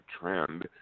trend